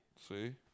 See